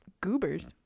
goobers